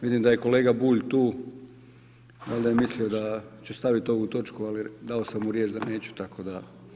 Vidim da je kolega Bulj tu, valjda je mislio da ću stavit ovu točku, ali dao sam mu riječ da neću, tako da.